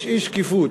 יש אי-שקיפות.